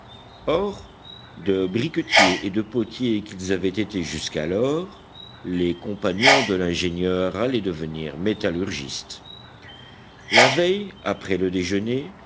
or de briquetiers et de potiers qu'ils avaient été jusqu'alors les compagnons de l'ingénieur allaient devenir métallurgistes la veille après le déjeuner